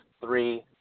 three